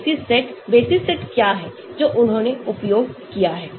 basis set basis set क्या हैं जो उन्होंने उपयोग किया है